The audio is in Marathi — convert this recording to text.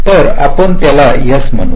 तर आपण त्याला S म्हणू